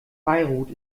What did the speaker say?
beirut